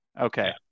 Okay